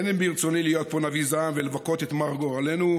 אין ברצוני להיות פה נביא זעם ולבכות את מר גורלנו.